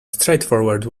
straightforward